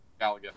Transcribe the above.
Galaga